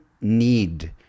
need